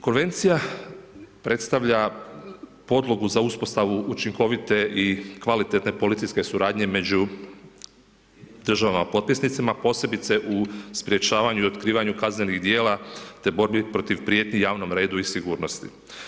Konvencija predstavlja podlogu za uspostavu učinkovite i kvalitetne policijske suradnje među državama potpisnicama posebice u sprječavanju i otkrivanju kaznenih djela te borbi protiv prijetnji, javnom redu i sigurnosti.